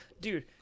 dude